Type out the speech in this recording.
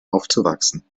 aufzuwachsen